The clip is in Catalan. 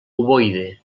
ovoide